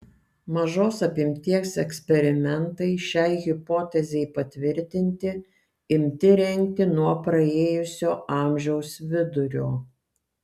mažos apimties eksperimentai šiai hipotezei patvirtinti imti rengti nuo praėjusio amžiaus vidurio